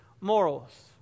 morals